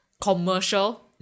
commercial